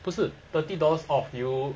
不是 thirty dollars off you